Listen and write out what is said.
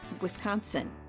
Wisconsin